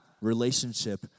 relationship